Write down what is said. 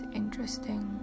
interesting